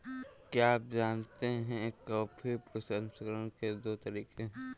क्या आप जानते है कॉफी प्रसंस्करण के दो तरीके है?